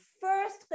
first